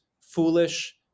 foolish